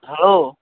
hello